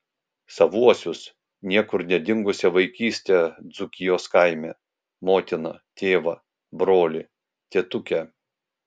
savuosius niekur nedingusią vaikystę dzūkijos kaime motiną tėvą brolį tetukę